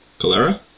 Cholera